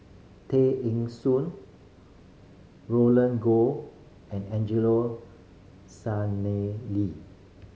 Tay Eng Soon Roland Goh and Angelo Sanelli